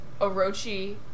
Orochi